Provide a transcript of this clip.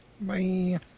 Bye